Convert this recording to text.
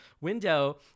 window